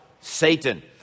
Satan